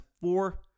four